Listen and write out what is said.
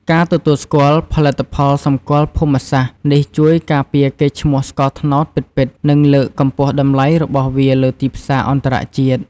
ការទទួលស្គាល់ ផលិតផលសម្គាល់ភូមិសាស្ត្រ នេះជួយការពារកេរ្តិ៍ឈ្មោះស្ករត្នោតពិតៗ និងលើកកម្ពស់តម្លៃរបស់វាលើទីផ្សារអន្តរជាតិ។